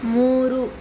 ಮೂರು